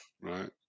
right